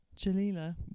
Jalila